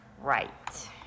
Right